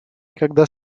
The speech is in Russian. никогда